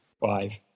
Five